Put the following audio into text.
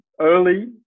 early